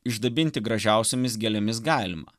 išdabinti gražiausiomis gėlėmis galima